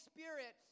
Spirit